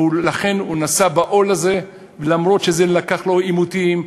ולכן הוא נשא בעול הזה למרות שזה לקח אותו לעימותים,